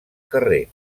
carrer